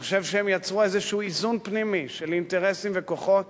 ואני חושב שהם יצרו איזה איזון פנימי של אינטרסים וכוחות